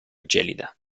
gelida